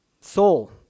soul